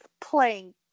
playing